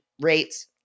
rates